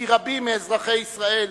כי רבים מאזרחי ישראל